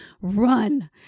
run